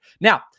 Now